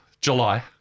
July